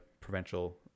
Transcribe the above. provincial